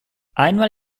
einmal